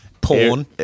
Porn